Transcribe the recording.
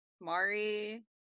Mari